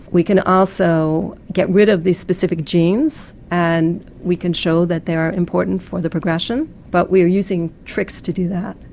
we can also get rid of these specific genes and we can show that they are important for the progression, but we are using tricks to do that,